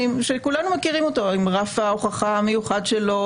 שכולנו מכירים אותו עם רף ההוכחה המיוחד שלו,